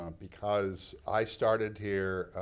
um because i started here.